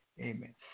Amen